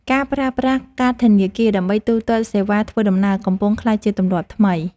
ការប្រើប្រាស់កាតធនាគារដើម្បីទូទាត់សេវាធ្វើដំណើរ កំពុងក្លាយជាទម្លាប់ថ្មី។